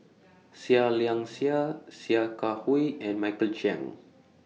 Seah Liang Seah Sia Kah Hui and Michael Chiang